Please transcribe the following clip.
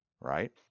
right